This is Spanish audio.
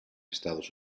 estados